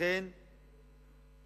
לכן